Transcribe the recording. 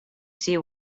see